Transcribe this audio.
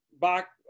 back